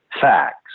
facts